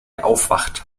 aufwacht